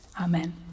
Amen